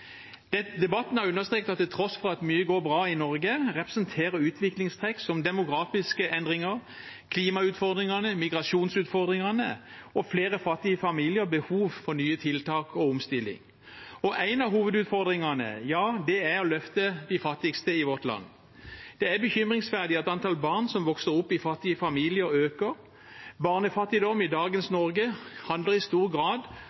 Debatten har understreket at til tross for at mye går bra i Norge, representerer utviklingstrekk som demografiske endringer, klimautfordringene, migrasjonsutfordringene og flere fattige familier behov for nye tiltak og omstilling. En av hovedutfordringene er å løfte de fattigste i vårt land. Det er bekymringsverdig at antall barn som vokser opp i fattige familier, øker. Barnefattigdom i dagens Norge handler i stor grad